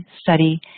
study